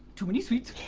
too many sweets!